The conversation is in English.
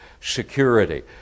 security